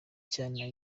cyane